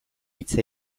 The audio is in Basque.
hitz